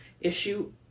issue